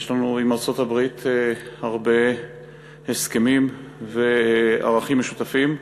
יש לנו עם ארצות-הברית הרבה הסכמים וערכים משותפים.